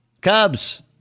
Cubs